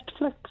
Netflix